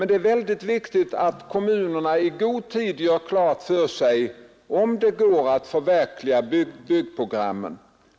Det är väldigt viktigt att kommunerna i god tid gör klart för sig om det går att förverkliga byggprogrammet.